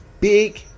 Big